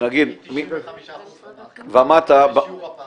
מ-95% ומטה, בשיעור הפער.